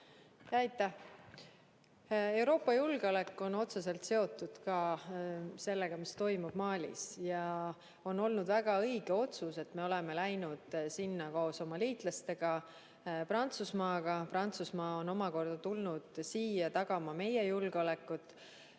Aitäh! Euroopa julgeolek on otseselt seotud ka sellega, mis toimub Malis, ja on olnud väga õige otsus, et me oleme läinud sinna koos oma liitlasega, Prantsusmaaga. Prantsusmaa on omakorda tulnud siia tagama meie julgeolekut.